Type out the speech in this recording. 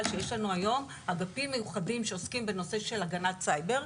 שיש לנו היום אגפים מיוחדים שעוסקים בנושא של הגנת סייבר,